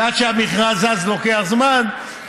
ועד שהמכרז זז לוקח זמן.